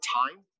time